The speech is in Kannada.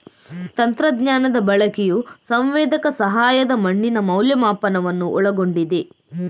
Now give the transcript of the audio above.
ತಂತ್ರಜ್ಞಾನದ ಬಳಕೆಯು ಸಂವೇದಕ ಸಹಾಯದ ಮಣ್ಣಿನ ಮೌಲ್ಯಮಾಪನವನ್ನು ಒಳಗೊಂಡಿದೆ